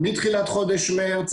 חבר הכנסת,